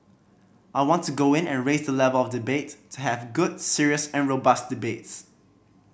I want to go in and raise the level of debate to have good serious and robust debates